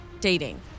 dating